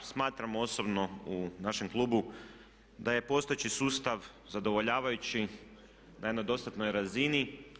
Smatramo osobno u našem klubu da je postojeći sustav zadovoljavajući, da je na dostatnoj razini.